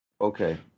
Okay